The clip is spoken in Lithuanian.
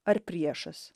ar priešas